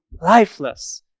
lifeless